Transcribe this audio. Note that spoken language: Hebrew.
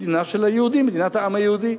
מדינת העם היהודי.